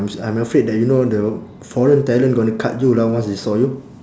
I'm s~ I'm afraid that you know the foreign talent gonna cut you lah once they saw you